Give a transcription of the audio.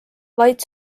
vaid